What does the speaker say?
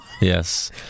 yes